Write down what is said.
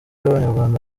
b’abanyarwanda